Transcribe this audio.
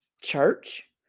church